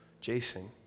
Jason